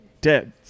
dead